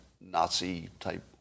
Nazi-type